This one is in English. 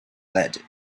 lead